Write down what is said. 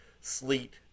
sleet